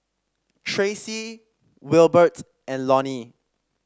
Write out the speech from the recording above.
Tracie Wilbert and Lonnie